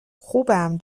خوبم